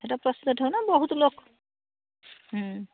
ସେହିଟା ପ୍ରସିଦ୍ଧ ନାଁ ବହୁତ ଲୋକ